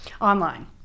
Online